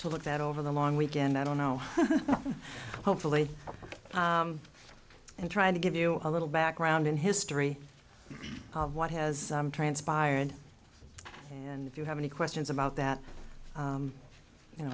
to look that over the long weekend i don't know hopefully and trying to give you a little background in history of what has transpired and if you have any questions about that you know